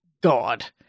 God